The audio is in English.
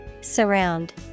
Surround